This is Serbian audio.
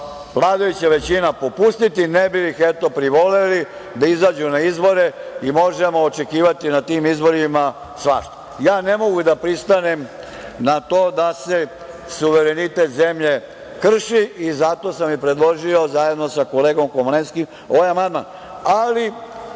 vladajuća većina popustiti ne bili ih eto privoleli da izađu na izbore i možemo očekivati na tim izborima svašta. Ja ne mogu da pristanem na to da se suverenitet zemlje krši i zato sam i predložio,, zajedno sa kolegom Komlenskim ovaj amandman.